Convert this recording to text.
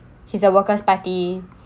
he's the workers' party